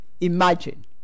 Imagine